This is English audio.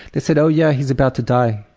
they said, oh yeah, he's about to die.